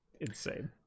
insane